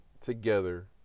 together